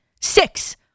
Six